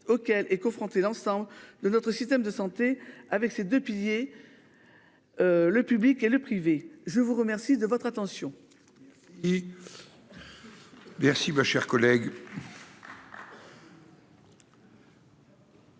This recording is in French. auquel est confrontée l'ensemble de notre système de santé. Avec ses 2 piliers. Le public et le privé. Je vous remercie de votre attention. Et. Merci ma chère collègue.